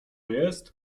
jest